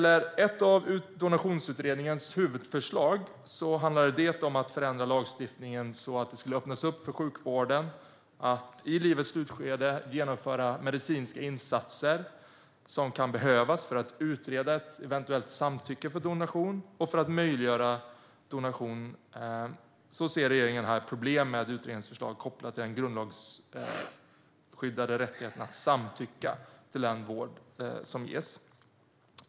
Ett av Donationsutredningens huvudförslag handlar om att förändra lagstiftningen så att det skulle öppnas upp för sjukvården att i livets slutskede genomföra medicinska insatser som kan behövas för att utreda ett eventuellt samtycke för donation och möjliggöra donation. Där ser regeringen problem med utredningens förslag som är kopplade till den grundlagsskyddade rättigheten att samtycka till den vård som ges.